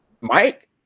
mike